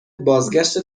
بازگشت